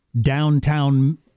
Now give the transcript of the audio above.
downtown